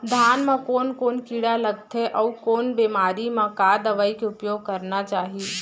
धान म कोन कोन कीड़ा लगथे अऊ कोन बेमारी म का दवई के उपयोग करना चाही?